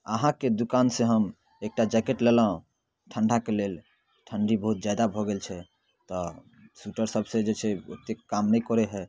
अहाँके दोकानसँ हम एकटा जैकेट लेलहुँ ठण्डाके लेल ठण्डी बहुत जादा भऽ गेल छै तऽ स्वेटरसबसँ जे छै ओतेक काम नहि करै हइ